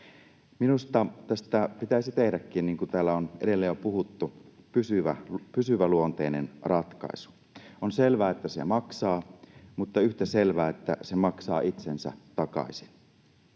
Minusta tästä pitäisi tehdäkin, niin kuin täällä on edellä jo puhuttu, pysyväluonteinen ratkaisu. On selvää, että se maksaa mutta yhtä selvää, että se maksaa itsensä takaisin.